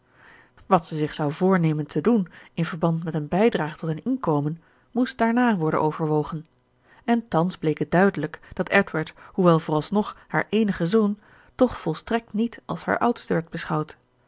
wat zij zich zou voornemen te doen in verband met eene bijdrage tot hun inkomen moest daarna worden overwogen en thans bleek het duidelijk dat edward hoewel vooralsnog haar eenige zoon toch volstrekt niet als haar oudste werd beschouwd